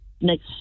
next